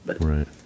Right